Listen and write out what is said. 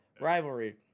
rivalry